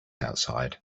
outside